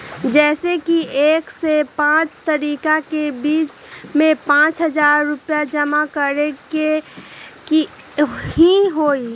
जैसे कि एक से पाँच तारीक के बीज में पाँच हजार रुपया जमा करेके ही हैई?